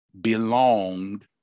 belonged